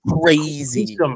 crazy